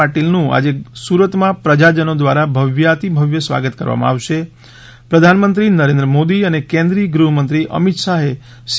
પાટીલનું આજે સુરતમાં પ્રજાનનો દ્વારા ભવ્યાતિભવ્ય સ્વાગત કરવામાં આવશે પ્રધાનમંત્રી નરેન્દ્ર મોદી અને કેન્દ્રીય ગૃહમંત્રી અમિત શાહે સી